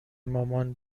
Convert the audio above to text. مامان